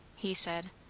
he said.